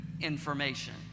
information